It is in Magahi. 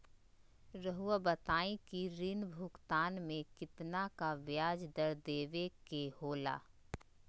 रहुआ बताइं कि ऋण भुगतान में कितना का ब्याज दर देवें के होला?